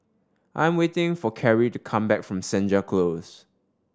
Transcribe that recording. I'm waiting for Kerri to come back from Senja Close